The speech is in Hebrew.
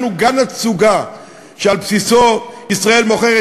אנחנו כן התצוגה שעל בסיסו ישראל מוכרת